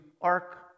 Ark